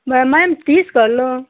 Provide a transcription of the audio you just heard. मै ma'am तीस कर लो